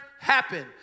happen